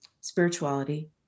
spirituality